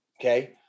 Okay